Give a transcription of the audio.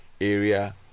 area